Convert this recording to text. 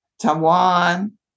Taiwan